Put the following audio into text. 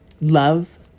Love